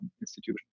institution